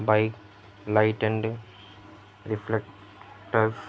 bike light and reflectors